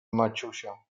maciusia